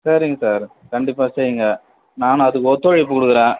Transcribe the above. சரிங்க சார் கண்டிப்பாக செய்யுங்க நானும் அதுக்கு ஒத்துழைப்பு கொடுக்குறேன்